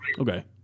Okay